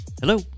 Hello